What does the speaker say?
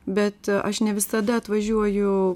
bet aš ne visada atvažiuoju